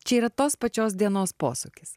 čia yra tos pačios dienos posūkis